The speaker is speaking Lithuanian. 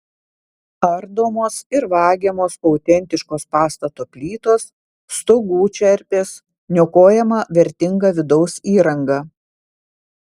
ardomos ir vagiamos autentiškos pastato plytos stogų čerpės niokojama vertinga vidaus įranga